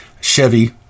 Chevy